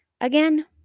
Again